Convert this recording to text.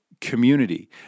community